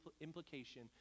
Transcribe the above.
implication